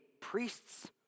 priests